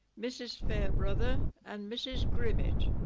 mrs fairbrother and mrs grimmett